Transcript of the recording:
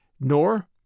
Nor